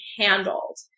handled